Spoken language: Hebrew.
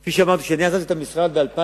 כפי שאמרתי, כשאני עזבתי את המשרד ב-2003,